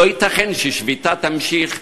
לא ייתכן ששביתה תימשך,